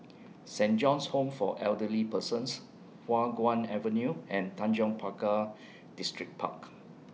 Saint John's Home For Elderly Persons Hua Guan Avenue and Tanjong Pagar Distripark